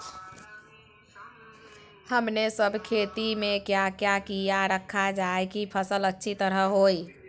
हमने सब खेती में क्या क्या किया रखा जाए की फसल अच्छी तरह होई?